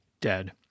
dead